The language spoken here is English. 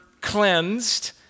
cleansed